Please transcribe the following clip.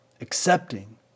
accepting